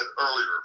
earlier